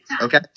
Okay